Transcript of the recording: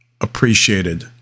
appreciated